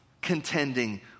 contending